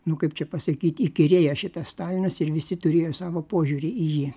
nu kaip čia pasakyt įkyrėjęs šitas stalinas ir visi turėjo savo požiūrį į jį